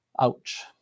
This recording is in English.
ouch